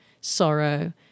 sorrow